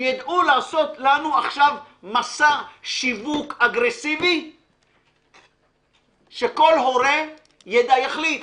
שידעו לעשות לנו עכשיו מסע שיווק אגרסיבי שכל הורה יחליט.